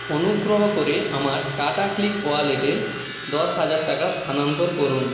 অনুগ্রহ করে আমার টাটা ক্লিক ওয়ালেটে দশ হাজার টাকা স্থানান্তর করুন